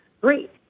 great